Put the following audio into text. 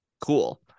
cool